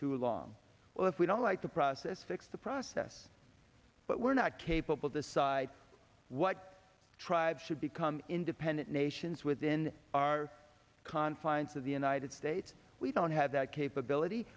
too long or if we don't like the process fix the process but we're not capable decide what tribe should become independent nations within our confines of the united states we don't have that capability